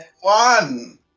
one